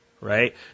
Right